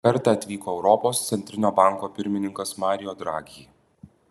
kartą atvyko europos centrinio banko pirmininkas mario draghi